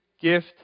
gift